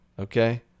Okay